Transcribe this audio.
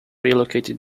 relocated